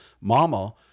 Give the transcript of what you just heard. mama